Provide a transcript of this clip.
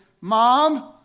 Mom